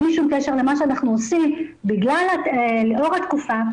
בלי שום קשר למה שאנחנו עושים לאור התקופה,